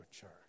church